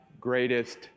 greatest